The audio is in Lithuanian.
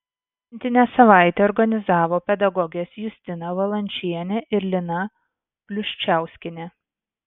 šventinę savaitę organizavo pedagogės justina valančienė ir lina pluščiauskienė